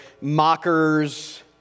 mockers